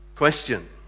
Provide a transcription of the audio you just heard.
Question